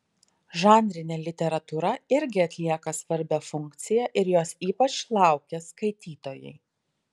žanrinė literatūra irgi atlieka svarbią funkciją ir jos ypač laukia skaitytojai